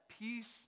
peace